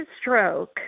stroke